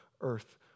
earth